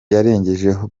yarengejeho